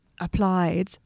applied